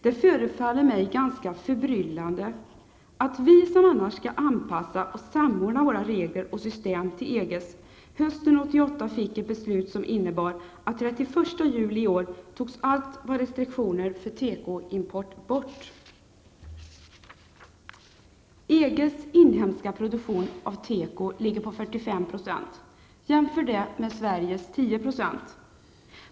Det förefaller mig ganska förbryllande att vi, som annars skall anpassa och samordna våra regler och system till EGs, hösten 1988 fick ett beslut som innebar att allt vad restriktioner för tekoimport heter togs bort den 31 EGs ''inhemska'' produktion av teko ligger på 45 %. Jämför det med Sveriges 10 %!